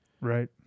Right